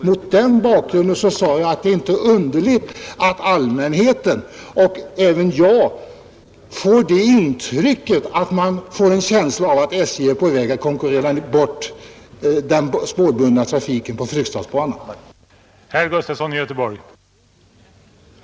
Mot den bakgrunden, sade jag, är det inte underligt att allmänheten och även jag får det intrycket att SJ är på väg att konkurrera bort den spårbundna trafiken på Fryksdalsbanan med hjälp av sina egna bussar.